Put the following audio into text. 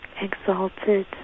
exalted